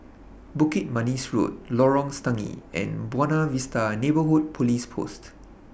Bukit Manis Road Lorong Stangee and Buona Vista Neighbourhood Police Post